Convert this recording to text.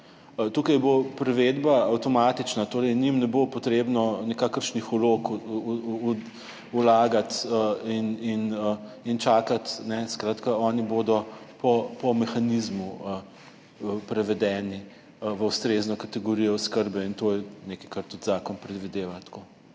Tukaj bo privedba avtomatična torej njim ne bo potrebno nikakršnih vlog vlagati in čakati, skratka oni bodo po mehanizmu prevedeni v ustrezno kategorijo oskrbe in to je nekaj, kar tudi zakon predvideva.